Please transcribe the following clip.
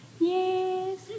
Yes